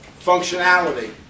functionality